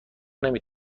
نمی